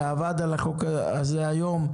שעבד על החוק הזה היום,